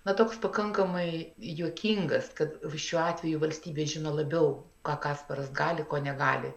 na toks pakankamai juokingas kad šiuo atveju valstybė žino labiau ką kasparas gali ko negali